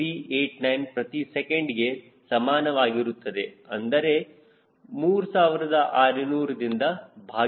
0001389 ಪ್ರತಿ ಸೆಕೆಂಡ್ ಗೆ ಸಮಾನವಾಗಿರುತ್ತದೆ ಅಂದರೆ 3600 ದಿಂದ ಭಾಗಿಸಲಾಗಿದೆ